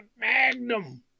Magnum